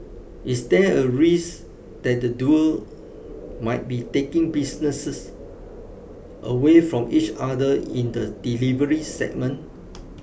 is there a risk that the duo might be taking business away from each other in the delivery segment